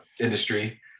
industry